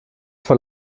vor